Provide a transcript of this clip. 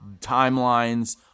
Timelines